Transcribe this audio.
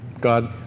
God